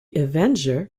avenger